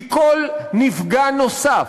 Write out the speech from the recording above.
כי כל נפגע נוסף,